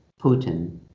Putin